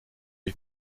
lui